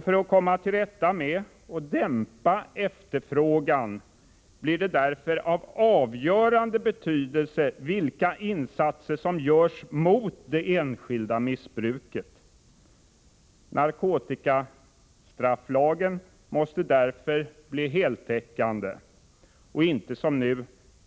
För att komma till rätta med och dämpa efterfrågan blir det därför av avgörande betydelse vilka insatser som görs mot det enskilda missbruket. Narkotikastrafflagen måste därför bli heltäckande och inte som nu